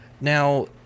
Now